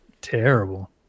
terrible